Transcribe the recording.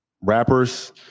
rappers